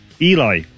Eli